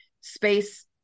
space